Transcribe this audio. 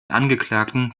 angeklagten